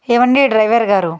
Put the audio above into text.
ఏవండీ డ్రైవరు గారు